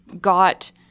got